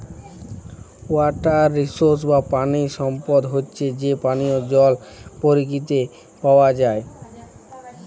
water resource বা পানি সম্পদ হচ্যে যে পানিয় জল পরকিতিতে পাওয়া যায়